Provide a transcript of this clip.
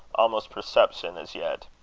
almost perception, as yet.